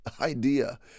idea